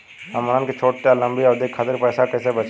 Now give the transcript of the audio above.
हमन के छोटी या लंबी अवधि के खातिर पैसा कैसे बचाइब?